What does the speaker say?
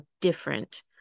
different